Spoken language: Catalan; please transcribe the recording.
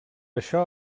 això